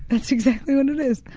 that's exactly what it is.